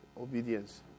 obedience